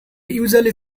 usually